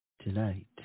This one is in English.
tonight